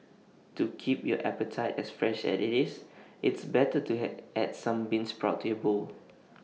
to keep your appetite as fresh as IT is it's better to had add some bean sprouts to your bowl